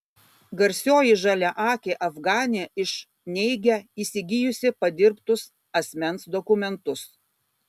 garsioji žaliaakė afganė iš neigia įsigijusi padirbtus asmens dokumentus